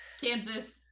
Kansas